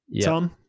Tom